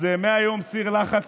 אז מהיום סיר לחץ,